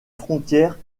frontière